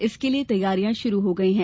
इसके लिए तैयारिया शुरू हो गई है